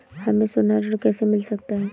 हमें सोना ऋण कैसे मिल सकता है?